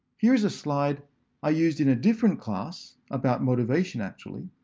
here is a slide i used in a different class about motivation actually,